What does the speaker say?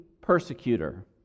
persecutor